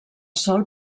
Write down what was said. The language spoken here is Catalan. sol